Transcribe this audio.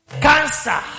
Cancer